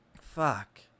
Fuck